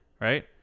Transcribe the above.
right